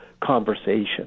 conversation